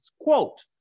Quote